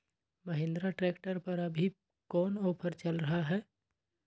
Mahindra tractor पर अभी कोन ऑफर चल रहा है?